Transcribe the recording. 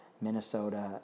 Minnesota